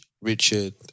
Richard